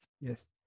Yes